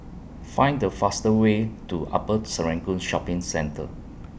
Find The fastest Way to Upper Serangoon Shopping Centre